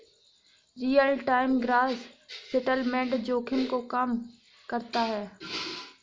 real time gross settlement जोखिम को कम करता है